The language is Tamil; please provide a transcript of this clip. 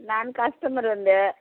நான் கஸ்டமருங்க